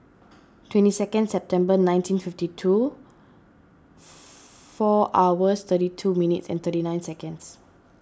twenty second September nineteen fifty two four hours thirty two minutes and thirty nine seconds